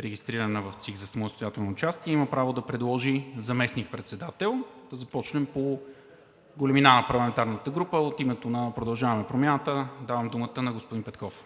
регистрирана в ЦИК за самостоятелно участие, има право да предложи заместник-председател. Да започнем по големина на парламентарната група. От името на „Продължаваме Промяната“ давам думата на господин Петков.